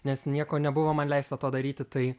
nes nieko nebuvo man leista to daryti tai